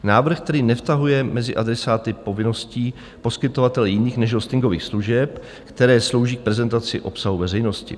Návrh, který nevtahuje mezi adresáty povinností poskytovatele jiných než hostingových služeb, které slouží k prezentaci obsahu veřejnosti.